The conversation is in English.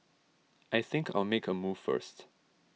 I think I'll make a move first